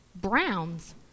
browns